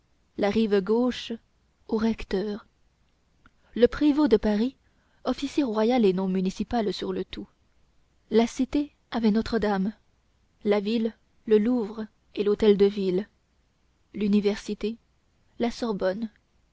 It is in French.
la rive gauche au recteur le prévôt de paris officier royal et non municipal sur le tout la cité avait notre-dame la ville le louvre et l'hôtel de ville l'université la sorbonne